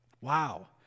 Wow